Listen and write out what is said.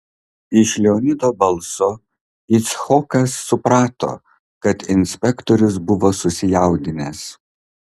iš leonido balso icchokas suprato kad inspektorius buvo susijaudinęs